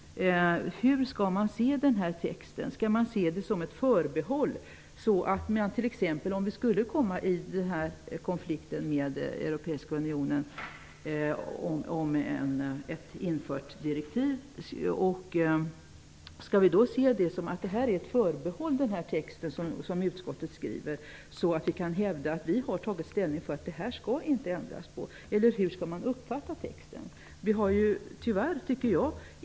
Hur skall man se den här texten? Skall man se det som ett förbehåll? Skall vi, om ett infört direktiv i den europeiska unionen kommer i konflikt med våra lagar, se texten som utskottet skriver som ett förbehåll så att vi kan hävda att vi har tagit ställning till att lagen inte skall ändras? Hur skall man uppfatta texten?